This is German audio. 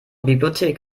bibliothek